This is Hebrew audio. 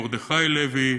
מרדכי לוי,